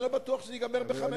אני לא בטוח שזה ייגמר ב-540.